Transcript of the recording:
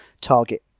target